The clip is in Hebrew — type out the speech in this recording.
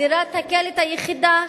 דירת הקלט היחידה,